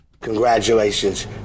congratulations